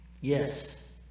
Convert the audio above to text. Yes